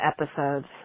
episodes